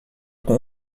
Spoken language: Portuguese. com